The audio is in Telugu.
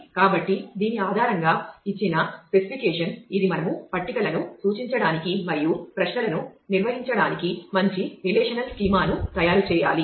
కాబట్టి దీని ఆధారంగా ఇచ్చిన స్పెసిఫికేషన్ను తయారు చేయాలి